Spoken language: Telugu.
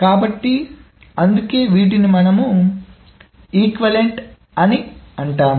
కాబట్టి అందుకే వీటిని సమానమైనవి అంటారు